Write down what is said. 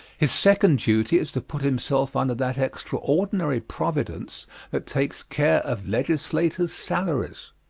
his second duty is to put himself under that extraordinary providence that takes care of legislators' salaries.